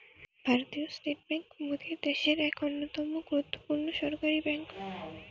ভারতীয় state bank মোদের দ্যাশের এক অন্যতম গুরুত্বপূর্ণ সরকারি বেঙ্ক